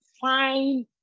fine